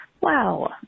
wow